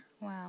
Wow